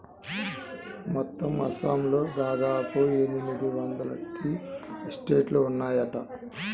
మొత్తం అస్సాంలో దాదాపు ఎనిమిది వందల టీ ఎస్టేట్లు ఉన్నాయట